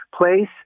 place